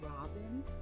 Robin